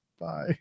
Bye